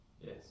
Yes